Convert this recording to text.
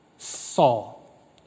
Saul